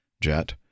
jet